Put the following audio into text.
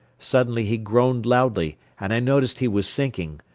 suddenly he groaned loudly and i noticed he was sinking.